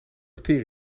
bacteriën